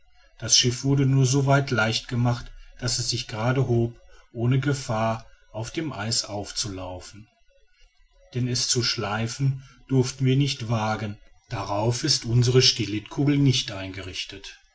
das schiff wurde nur soweit leicht gemacht daß es sich gerade hob ohne gefahr auf dem eis aufzulaufen denn es zu schleifen durften wir nicht wagen darauf ist unsere stellitkugel nicht eingerichtet